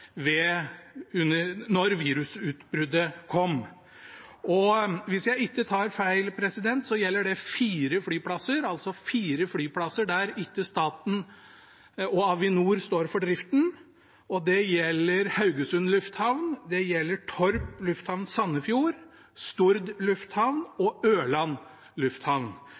virusutbruddet kom. Hvis jeg ikke tar feil, gjelder det fire flyplasser – altså fire flyplasser der ikke staten og Avinor står for driften. Det gjelder Haugesund Lufthavn, TORP Sandefjord lufthavn, Stord Lufthamn og Ørland Lufthavn.